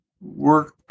work